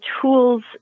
tools